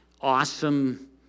awesome